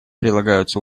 прилагаются